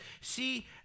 see